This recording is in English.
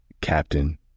Captain